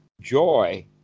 joy